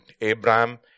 Abraham